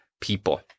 people